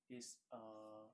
is err